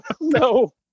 No